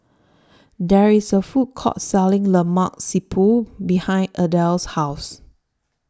There IS A Food Court Selling Lemak Siput behind Adell's House